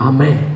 Amen